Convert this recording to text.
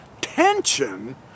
tension